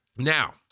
Now